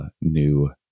new